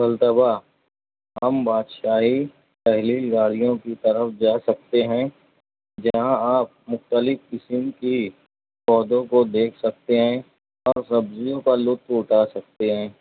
بولتا ہوا ہم بادشاہی پہلی گاڑیوں کی طرف جا سکتے ہیں جہاں آپ مختلف قسم کی پودوں کو دیکھ سکتے ہیں اور سبزیوں کا لطف اٹھا سکتے ہیں